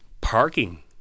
parking